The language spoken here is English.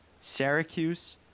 Syracuse